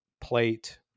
plate